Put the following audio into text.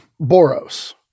Boros